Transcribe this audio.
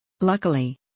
Luckily